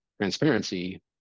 transparency